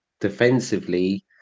defensively